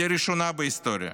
לראשונה בהיסטוריה,